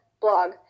blog